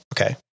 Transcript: okay